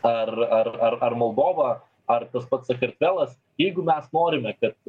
ar ar ar ar moldova ar tas pats sakartvelas jeigu mes norime kad